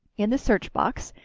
in the search box,